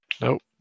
Nope